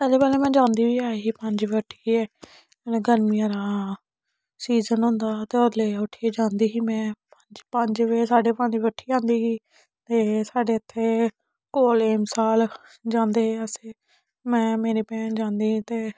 पैह्ले पैह्ले में जंदी बी ऐ ही पंज बजे उट्ठियै गर्मियें दा सीजन होंदा हा ते उसलै उट्ठियै जंदी ही में पंज बजे साड्डे पंज बजे उट्ठी जंदी ही ते साढ़े इत्थे कोल एम्स अ'ल्ल जंदे हे अस में मेरी भैन जंदी ही ते